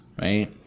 right